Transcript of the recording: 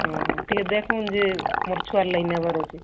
ହଁ ହଁ ଟିକେ ଦେଖୁନ୍ ଯେ ମୋର୍ ଛୁଆ ଲାଗି ନେବାର ଅଛି